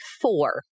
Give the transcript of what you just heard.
four